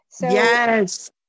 Yes